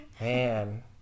Man